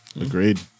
Agreed